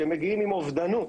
שמגיעים עם אובדנות,